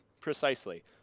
Precisely